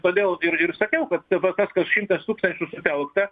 todėl ir ir sakiau kad dabar tas kas šimtas tūkstančių sutelkta